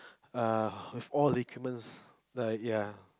err with all the equipments the ya